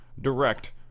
direct